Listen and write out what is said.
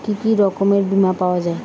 কি কি রকমের বিমা পাওয়া য়ায়?